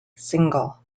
single